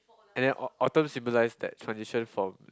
and then Autumn symbolise that transition from